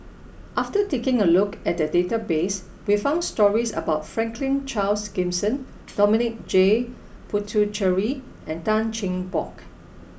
after taking a look at the database we found stories about Franklin Charles Gimson Dominic J Puthucheary and Tan Cheng Bock